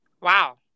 wow